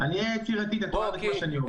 אני אהיה יצירתי, אתה תאהב את מה שאני אומר.